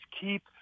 keep